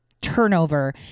turnover